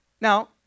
Now